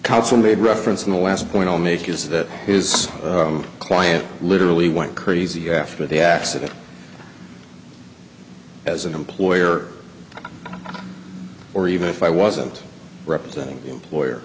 made reference in the last point i'll make is that his client literally went crazy after the accident as an employer or even if i wasn't representing the employer